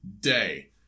day